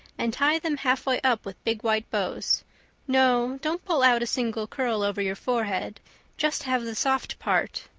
and tie them halfway up with big white bows no, don't pull out a single curl over your forehead just have the soft part.